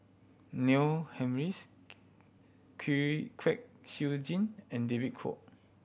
Neil Humphreys Kwek Siew Jin and David Kwo